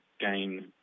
gain